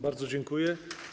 Bardzo dziękuję.